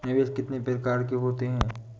निवेश कितनी प्रकार के होते हैं?